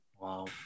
Wow